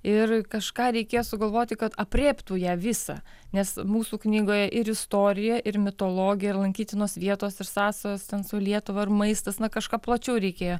ir kažką reikėjo sugalvoti kad aprėptų ją visą nes mūsų knygoje ir istorija ir mitologija ir lankytinos vietos ir sąsajos su lietuva ir maistas na kažką plačiau reikėjo